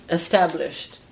established